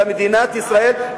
למדינת ישראל,